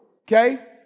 okay